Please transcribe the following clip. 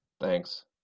Thanks